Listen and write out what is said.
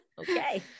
Okay